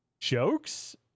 jokes